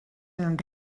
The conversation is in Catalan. eren